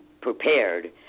prepared